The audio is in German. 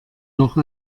noch